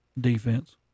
Defense